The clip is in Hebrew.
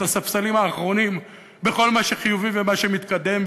הספסלים האחרונים בכל מה שחיובי ומה שמתקדם,